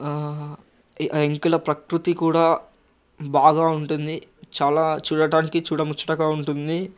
ఇ ఇంకా ఇలా ప్రకృతి కూడా బాగా ఉంటుంది చాలా చూడటానికి చూడముచ్చటగా ఉంటుంది